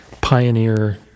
Pioneer